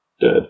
dead